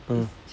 ah